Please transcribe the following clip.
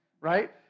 right